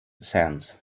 sands